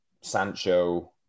Sancho